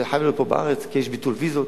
זה חייב להיות פה בארץ כי יש ביטול ויזות.